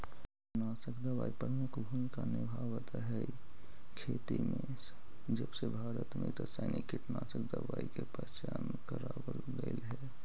कीटनाशक दवाई प्रमुख भूमिका निभावाईत हई खेती में जबसे भारत में रसायनिक कीटनाशक दवाई के पहचान करावल गयल हे